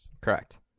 Correct